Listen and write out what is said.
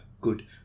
good